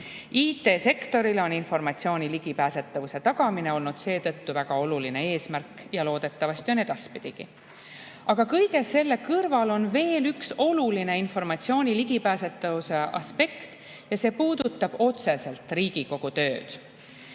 IT-sektorile on informatsiooni ligipääsetavuse tagamine olnud seetõttu väga oluline eesmärk ja loodetavasti on edaspidigi. Aga kõige selle kõrval on veel üks oluline informatsiooni ligipääsetavuse aspekt ja see puudutab otseselt Riigikogu tööd.